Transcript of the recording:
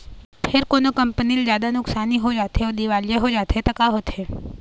फेर कोनो कंपनी ल जादा नुकसानी हो जाथे अउ दिवालिया हो जाथे त का होथे?